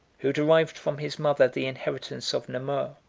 who derived from his mother the inheritance of namur,